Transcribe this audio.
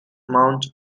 mount